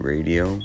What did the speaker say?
Radio